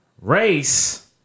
Race